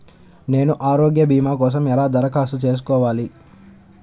నేను ఆరోగ్య భీమా కోసం ఎలా దరఖాస్తు చేసుకోవాలి?